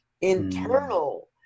internal